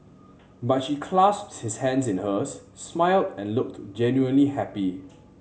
but she clasped his hands in hers smiled and looked genuinely happy